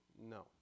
no